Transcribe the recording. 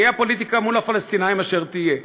תהיה הפוליטיקה שלהם מול הפלסטינים אשר תהיה.